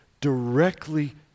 directly